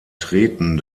treten